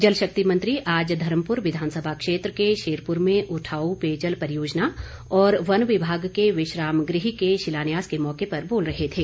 जलशक्ति मंत्री आज धर्मपुर विधानसभा क्षेत्र के शेरपुर में उठाऊ पेयजल परियोजना और वनविमाग के विश्राम गृह के शिलान्यास के मौके पर बोल रहे थे